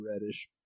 reddish